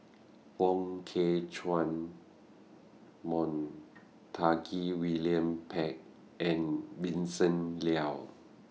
Wong Kah Chun Montague William Pett and Vincent Leow